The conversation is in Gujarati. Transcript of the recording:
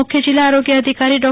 મુખ્યસ જિલ્લા આરોગ્યા અધિકારી ડો